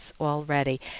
already